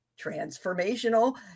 Transformational